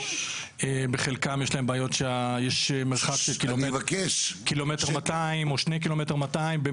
בחלקם יש להם בעיות שיש מרחק של 1.2 קילומטר או 2.2 קילומטר,